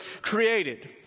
created